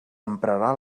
emprarà